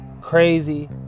crazy